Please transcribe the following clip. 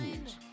news